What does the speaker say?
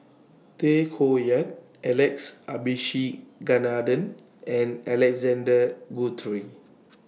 Tay Koh Yat Alex Abisheganaden and Alexander Guthrie